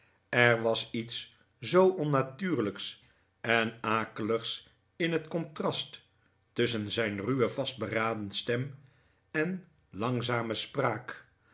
er was iets zoo onnatuurlijks en akeligs in het contrast tusschen zijn ruwe vastberaden stem en langzame spraak